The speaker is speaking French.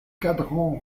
cadrans